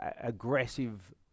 aggressive